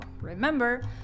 Remember